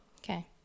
Okay